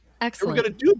Excellent